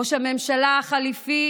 ראש הממשלה החליפי